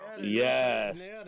yes